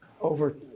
over